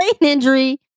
injury